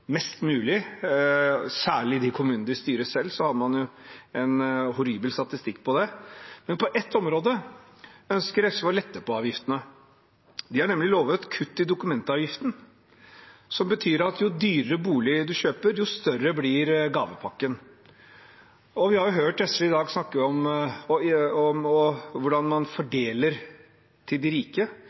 mest mulig. Særlig i de kommunene de styrer selv, er det en horribel statistikk på det. Men på ett område ønsker SV å lette på avgiftene. De har nemlig lovet kutt i dokumentavgiften, noe som betyr at jo dyrere bolig du kjøper, jo større blir gavepakken. Vi har hørt SV i dag snakke om hvordan man fordeler til de rike: